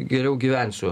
geriau gyvensiu